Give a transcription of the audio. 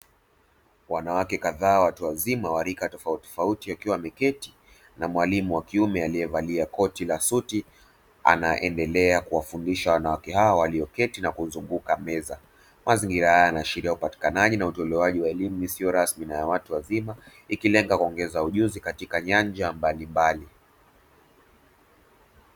Wanawake kadhaa watu wazima wa rika tofautitofauti wakiwa wameketi, na mwalimu wa kiume aliyevalia koti la suti anaendela kuwafundisha wanawake hao walioketi na kuzunguka meza, mazingira hayo yanaashiria upatikanaji na utolewaji wa elimu isiyo rasmi na ya watu wazima ikilenga kuongeza ujuzi katika nyanja mbalimbali.